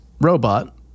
robot